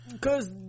Cause